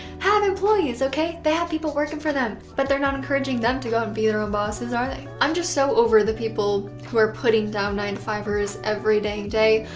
have employees, okay. they have people working for them. bet they're not encouraging them to go and be their own bosses, are they? i'm just so over the people who are putting down nine five ers every dang day.